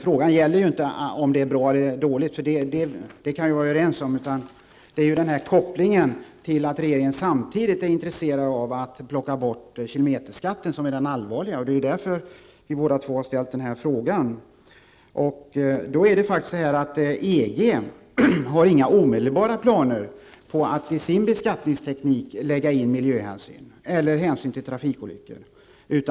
Frågan gäller inte om detta är bra eller dåligt, det är vi överens om. Det intressanta är kopplingen att regeringen samtidigt är intresserad av att plocka bort kilometerskatten -- det är det allvarliga. Det är därför som vi båda har ställt denna fråga. EG har inga omedelbara planer att lägga in miljöhänsyn i sin beskattningsteknik eller att ta hänsyn till trafikolyckor.